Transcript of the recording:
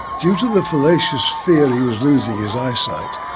due to the fallacious fear he was losing his eyesight,